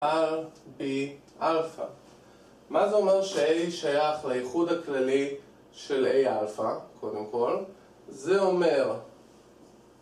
r, b, α מה זה אומר ש-a שייך לייחוד הכללי של a, α קודם כל? זה אומר